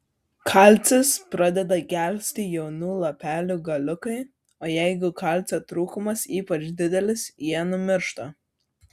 kalcis pradeda gelsti jaunų lapelių galiukai o jeigu kalcio trūkumas ypač didelis jie numiršta